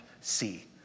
see